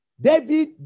David